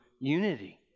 unity